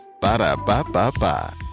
Ba-da-ba-ba-ba